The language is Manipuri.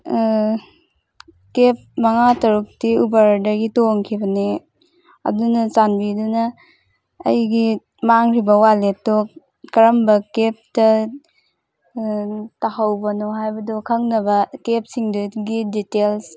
ꯀꯦꯞ ꯃꯉꯥ ꯇꯔꯨꯛꯇꯤ ꯎꯕꯔꯗꯒꯤ ꯇꯣꯡꯈꯤꯕꯅꯦ ꯑꯗꯨꯅ ꯆꯥꯟꯕꯤꯗꯨꯅ ꯑꯩꯒꯤ ꯃꯥꯡꯈ꯭ꯔꯤꯕ ꯋꯥꯂꯦꯠꯇꯣ ꯀꯔꯝꯕ ꯀꯦꯞꯇ ꯇꯥꯍꯧꯕꯅꯣ ꯍꯥꯏꯕꯗꯨ ꯈꯪꯅꯕ ꯀꯦꯞꯁꯤꯡꯗꯨꯒꯤ ꯗꯤꯇꯦꯜꯁ